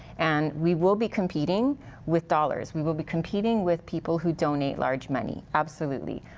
and we will be competing with dollars. we will be competing with people who donate large money. absolutely.